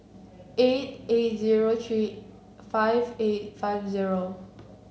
eight eight zero three five eight five zero